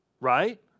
Right